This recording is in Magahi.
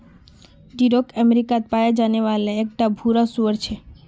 डूरोक अमेरिकात पाया जाने वाला एक टा भूरा सूअर छे